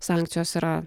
sankcijos yra